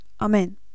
Amen